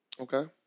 Okay